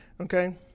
okay